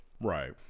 Right